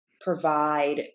provide